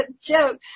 joke